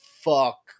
fuck